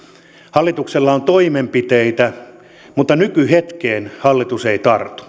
hallituksella on toimenpiteitä mutta nykyhetkeen hallitus ei